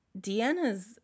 Deanna's